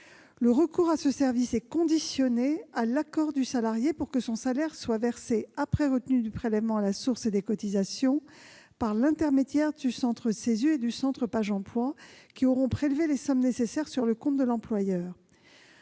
Le recours à ce service est conditionné à l'accord du salarié pour que son salaire soit versé après retenue du prélèvement à la source des cotisations par l'intermédiaire du centre CESU et du centre Pajemploi, lesquels auront prélevé les sommes nécessaires sur le compte de l'employeur.